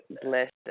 blessed